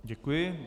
Děkuji.